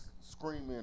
screaming